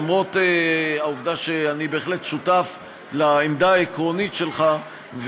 למרות העובדה שאני בהחלט שותף לעמדה העקרונית שלך,